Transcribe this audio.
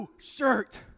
shirt